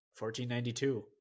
1492